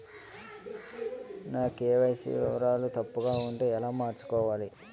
నా కే.వై.సీ వివరాలు తప్పుగా ఉంటే ఎలా మార్చుకోవాలి?